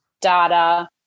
data